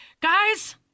Guys